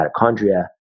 mitochondria